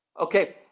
Okay